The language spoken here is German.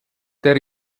der